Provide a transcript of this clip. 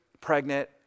pregnant